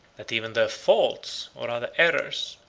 that even their faults, or rather errors,